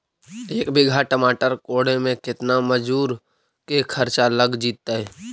एक बिघा टमाटर कोड़े मे केतना मजुर के खर्चा लग जितै?